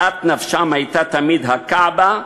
משאת נפשם הייתה תמיד ה"כעבה",